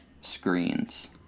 screens